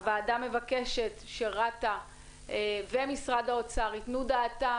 הוועדה מבקשת שרת"א ומשרד האוצר יתנו דעתם